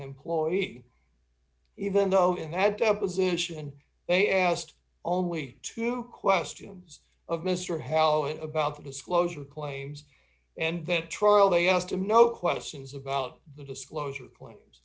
employee even though it had deposition they asked only two questions of mr hallowing about the disclosure claims and then trial they asked him no questions about the disclosure claims